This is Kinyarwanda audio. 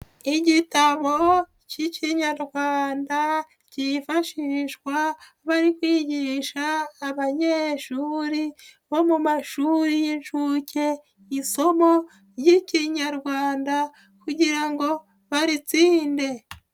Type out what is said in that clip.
Igitabo k'Ikinyarwanda kifashishwa bari kwigisha abanyeshuri bo mu mashuri y'inshuke isomo ry'Ikinyarwanda kugira ngo baritsinde.